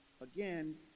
again